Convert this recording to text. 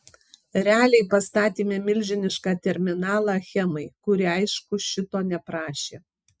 realiai pastatėme milžinišką terminalą achemai kuri aišku šito neprašė